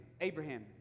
Abraham